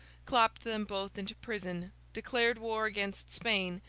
clapped them both into prison, declared war against spain,